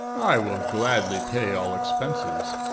i will gladly pay all expenses.